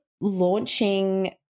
launching